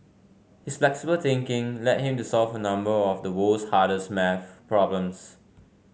his flexible thinking led him to solve a number of the world's hardest maths problems